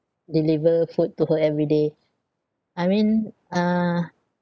deliver food to her every day I mean uh